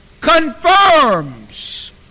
confirms